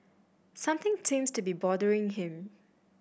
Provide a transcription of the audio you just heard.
something seems to be bothering him